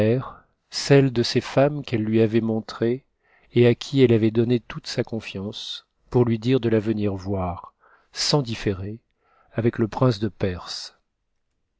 celle de ses femmes qu'elle ni avait montrée et à qui elle avait donné toute sa confiance pour lui dire de la venir voir sans différer avec le prince de perse